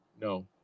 no